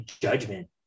judgment